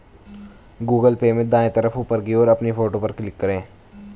Google Pay में दाएं तरफ ऊपर की ओर अपनी फोटो पर क्लिक करें